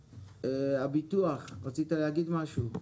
הביטוח, רצית להגיד משהו?